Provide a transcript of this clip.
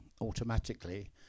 automatically